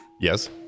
Yes